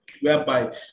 whereby